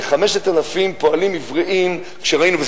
כ-5,000 פועלים עבריים שראינו,